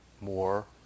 more